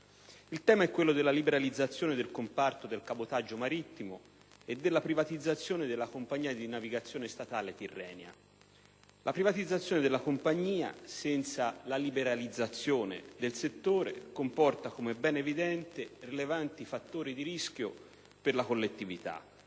Il tema è quello della liberalizzazione del comparto del cabotaggio marittimo e della privatizzazione della compagnia di navigazione statale Tirrenia. La privatizzazione della compagnia senza la liberalizzazione del settore comporta, come ben evidente, rilevanti fattori di rischio per la collettività.